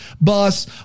bus